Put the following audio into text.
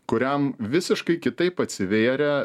kuriam visiškai kitaip atsivėrė